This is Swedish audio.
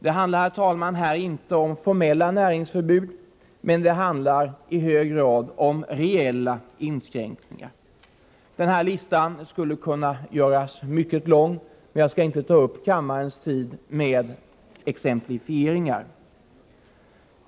Det handlar inte om formella näringsförbud men i hög grad om reella inskränkningar. Denna lista skulle kunna göras mycket lång. Men jag skall inte ta upp kammarens tid med exemplifieringar.